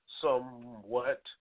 somewhat